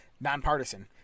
nonpartisan